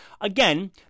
again